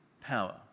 power